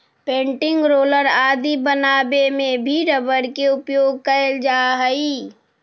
printing roller आदि बनावे में भी रबर के उपयोग कैल जा हइ